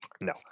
No